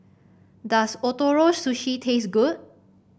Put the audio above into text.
does Ootoro Sushi taste good